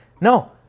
No